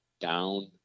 down